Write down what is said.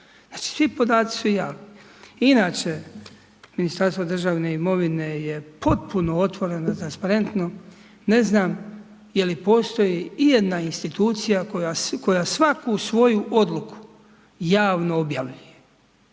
Znači svi podaci su javni. Inače Ministarstvo državne imovine je potpuno otvoreno i transparentno. Ne znam, je li postoji ijedna institucija, koja svaku svoju odluku javno objavljuje.